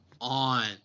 on